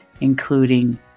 including